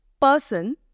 person